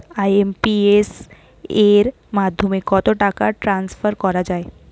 IMPS এর মাধ্যমে কত টাকা ট্রান্সফার করা যায়?